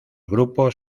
grupos